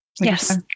Yes